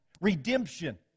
Redemption